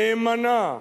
נאמנה,